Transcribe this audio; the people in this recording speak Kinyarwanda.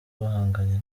bahanganye